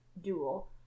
dual